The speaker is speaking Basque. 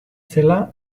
zela